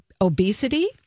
obesity